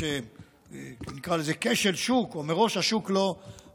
כי יש כשל שוק או שמראש השוק לא נכנס